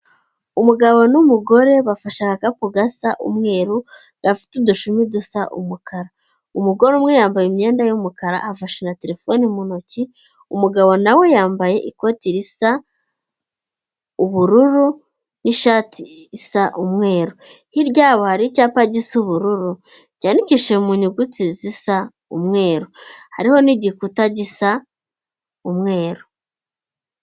Umugabo n'umugore bafashe agakapu gasa umweru gafite udushumi dusa umukara. Umugore umwe yambaye imyenda y'umukara afashe na telefoni mu ntoki, umugabo na we yambaye ikoti risa ubururu n'ishati isa umweru, hirya yabo hari icyapa gisa ubururu cyanyandikishije mu nyuguti zisa umweru, hariho n'igikuta gisa umweru.